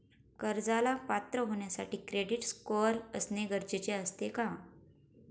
कर्जाला पात्र होण्यासाठी क्रेडिट स्कोअर असणे गरजेचे असते का?